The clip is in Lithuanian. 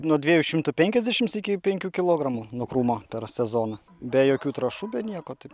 nuo dviejų šimtų penkiasdešimts iki penkių kilogramų nuo krūmo per sezoną be jokių trąšų be nieko taip